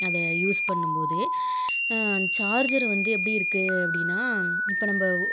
அதை யூஸ் பண்ணும்போது சார்ஜரு வந்து எப்படி இருக்குது அப்படின்னா இப்போ நம்ம